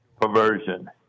perversion